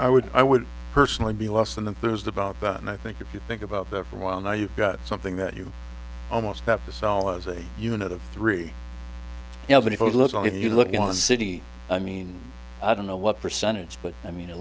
i would i would personally be less than that there's about that and i think if you think about that for a while now you've got something that you almost have to sell as a unit of three you know but if you look if you look at the city i mean i don't know what percentage but i mean a